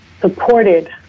supported